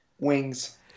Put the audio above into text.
Wings